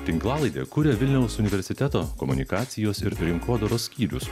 tinklalaidę kuria vilniaus universiteto komunikacijos ir rinkodaros skyrius